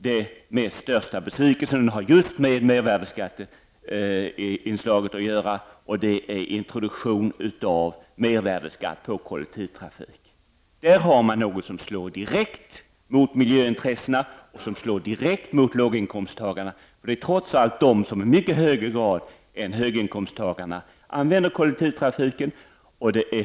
Den största besvikelsen har med mervärdeskatteinslaget att göra, nämligen introduktionen av mervärdeskatt på kollektivtrafiken. Detta slår direkt mot miljöintressena och låginkomsttagarna. Det är trots allt låginkomsttagarna som i mycket högre grad än höginkomsttagarna använder kollektivtrafik.